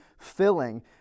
filling